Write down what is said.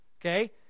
okay